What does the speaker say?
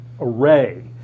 array